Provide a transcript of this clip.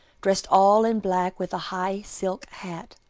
dressed all in black with a high silk hat.